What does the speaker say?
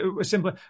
simply